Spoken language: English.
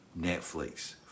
Netflix